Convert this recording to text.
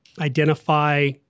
identify